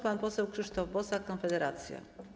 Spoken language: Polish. Pan poseł Krzysztof Bosak, Konfederacja.